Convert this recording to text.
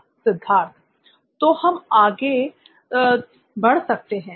सिद्धार्थ तो हम आगे तो हम आगे बढ़ सकते हैं